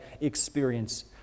experience